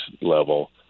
level